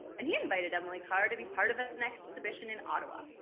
and he invited emily carr to be part of an an exhibition in ottawa.